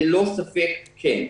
ללא ספק כן.